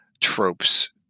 tropes